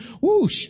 Whoosh